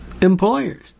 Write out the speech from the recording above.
employers